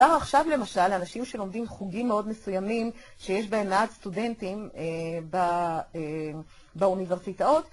אפשר עכשיו, למשל, לאנשים שלומדים חוגים מאוד מסוימים שיש בהם מעט סטודנטים באוניברסיטאות.